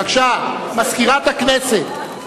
בבקשה, מזכירת הכנסת.